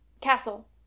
Castle